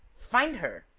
find her.